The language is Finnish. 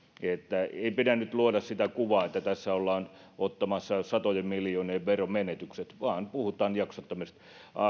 ei pidä nyt luoda kuvaa että tässä ollaan ottamassa satojen miljoonien veromenetykset vaan puhutaan jaksottamisesta